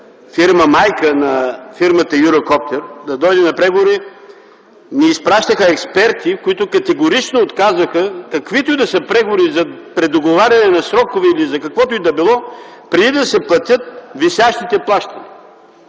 фирма-майка на фирмата „Юрокоптер”. Да дойдат на преговори, ни изпращаха експерти, които категорично отказаха каквито и да са преговори за предоговаряне на срокове или за каквото и да било, преди да се платят висящите плащания.